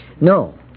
No